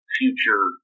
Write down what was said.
future